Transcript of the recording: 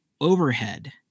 overhead